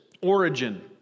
Origin